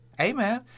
Amen